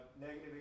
negative